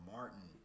Martin